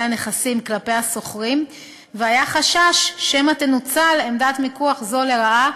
הנכסים כלפי השוכרים והיה חשש שמא תנוצל עמדת מיקוח זו לרעה,